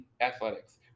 athletics